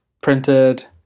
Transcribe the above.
printed